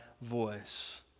voice